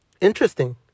interesting